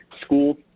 school